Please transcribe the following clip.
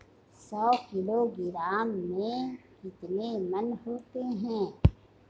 सौ किलोग्राम में कितने मण होते हैं?